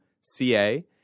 CA